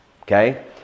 Okay